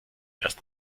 erst